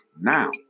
now